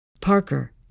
Parker